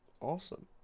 Awesome